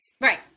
Right